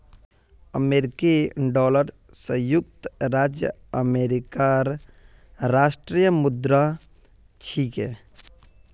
अमेरिकी डॉलर संयुक्त राज्य अमेरिकार राष्ट्रीय मुद्रा छिके